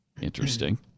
interesting